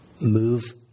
move